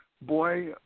boy